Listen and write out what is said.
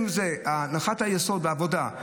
הנחת היסוד בעבודה,